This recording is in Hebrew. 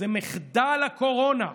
זה מחדל הקורונה.